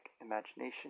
imagination